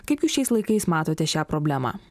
kaip jūs šiais laikais matote šią problemą